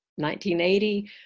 1980